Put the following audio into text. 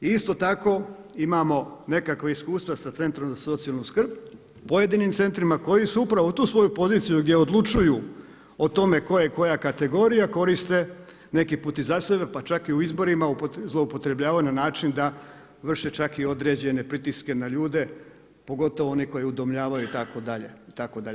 I isto tako imamo nekakva iskustva sa centrom za socijalnu skrb, pojedinim centrima koji su upravu u tu svoju poziciju gdje odlučuju o tome tko je koja kategorija koriste neki put i za sebe pa čak i u izborima zloupotrebljavaju na način da vrše čak i određene pritiske na ljude pogotovo oni koji udomljavaju itd. itd.